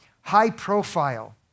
high-profile